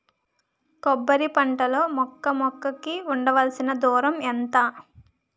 కొబ్బరి పంట లో మొక్క మొక్క కి ఉండవలసిన దూరం ఎంత